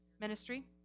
Ministry